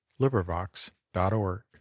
LibriVox.org